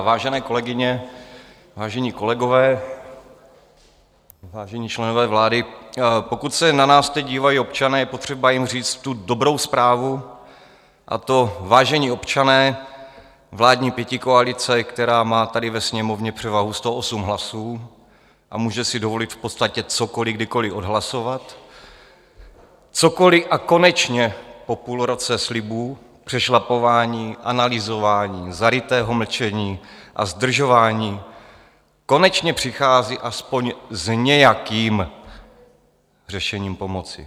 Vážené kolegyně, vážení kolegové, vážení členové vlády, pokud se na nás teď dívají občané, je potřeba jim říct tu dobrou zprávu, a to, vážení občané, vládní pětikoalice, která má tady ve Sněmovně převahu 108 hlasů a může si dovolit v podstatě cokoliv kdykoliv odhlasovat, cokoliv, konečně po půl roce slibů, přešlapování, analyzování, zarytého mlčení a zdržování konečně přichází aspoň s nějakým řešením pomoci.